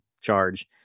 charge